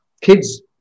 kids